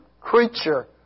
creature